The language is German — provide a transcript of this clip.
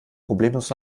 problemlos